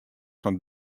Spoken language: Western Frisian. fan